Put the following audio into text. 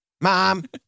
Mom